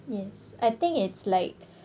yes I think it's like